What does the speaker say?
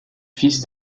fils